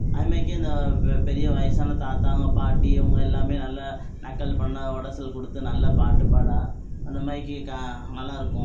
அதுமாரிக்கி இந்த பெ பெரிய வயதான தாத்தாங்க பாட்டி இவங்க எல்லாமே நல்லா நக்கல் பண்ணிணா ஒடன்சொல் கொடுத்து நல்லா பாட்டு பாட அந்த மாதிரிக்கி கா நல்லாயிருக்கும்